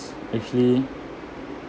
actually